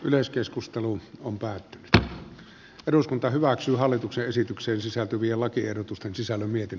yleiskeskustelu on päättymätön eduskunta hyväksyy hallituksen esitykseen sisältyviä lakiehdotusten sisällön vietin